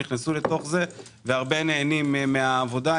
נכנסו לתוך זה והרבה נהנים מהעבודה,